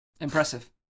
Impressive